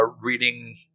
reading